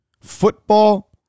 football